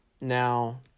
now